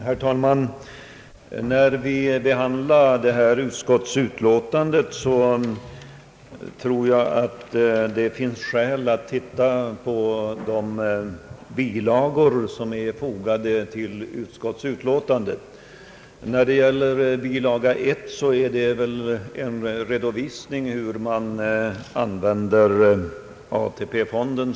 Herr talman! Vid behandlingen av detta betänkande från bevillningsutskottet anser jag det finns skäl att se närmare på de bilagor som fogats till betänkandet. Bilaga 1 utgör närmast en redovisning av hur ATP-fonden används.